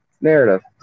narrative